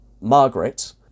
Margaret